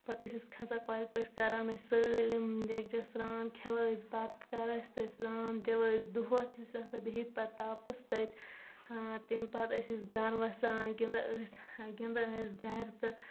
پتہٕ ٲسۍ أسۍ کھسان کۄلہِ پٮ۪ٹھ کران ٲسۍ سٲلِم یکجا سرٛان کھیٚوان ٲسۍ بتہٕ کران ٲسۍ تتہِ سرٛان دِوان ٲسۍ دۄہس ٲسۍ آسان بِہِتھ پتہٕ تاپس تتہِ اۭں تمہِ پتہٕ ٲسۍ أسۍ گرٕ وسان گِنٛدان ٲسۍ گنٛدان أسۍ گرِ تہِ